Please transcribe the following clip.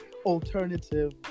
alternative